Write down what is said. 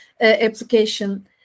application